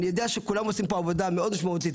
אני יודע שכולם עושים פה עבודה מאוד משמעותית,